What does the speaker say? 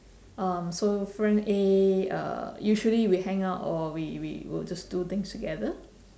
um so friend A uh usually we hang out or we we will just do things together